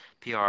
pr